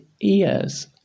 ears